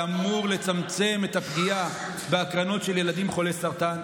שאמור לצמצם את הפגיעה בהקרנות של ילדים חולי סרטן,